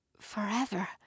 forever